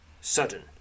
sudden